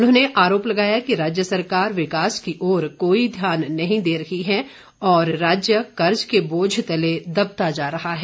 उन्होंने आरोप लगाया कि राज्य सरकार विकास की ओर कोई ध्यान नहीं दे रही है और राज्य कर्ज के बोझ तले दबता जा रहा है